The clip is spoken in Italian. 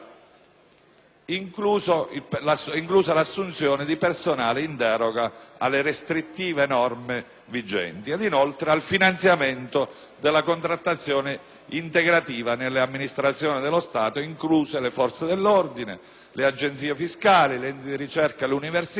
inclusa l'assunzione di personale in deroga alle restrittive norme vigenti e, inoltre, al finanziamento della contrattazione integrativa delle amministrazioni dello Stato, incluse le forze dell'ordine, le agenzie fiscali, gli enti di ricerca, le università